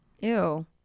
ew